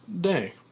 day